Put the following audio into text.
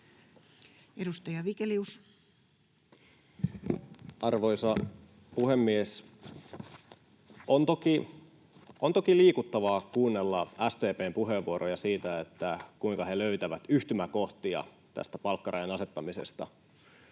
Content: Arvoisa puhemies! On toki liikuttavaa kuunnella SDP:n puheenvuoroja siitä, kuinka he löytävät yhtymäkohtia tästä palkkarajan asettamisesta,